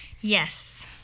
Yes